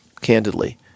candidly